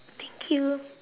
thank you